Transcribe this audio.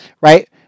right